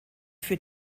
für